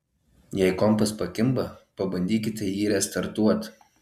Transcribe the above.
jei kompas pakimba pabandykite jį restartuot